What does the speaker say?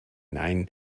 nein